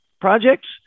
projects